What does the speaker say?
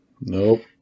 Nope